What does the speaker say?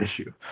issue